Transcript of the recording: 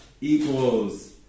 equals